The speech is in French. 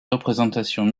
représentations